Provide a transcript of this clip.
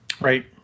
right